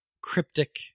cryptic